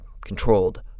controlled